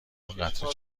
قطره